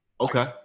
Okay